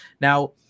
now